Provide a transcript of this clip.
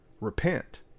repent